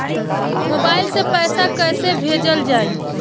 Mobile से पैसा कैसे भेजल जाइ?